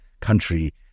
country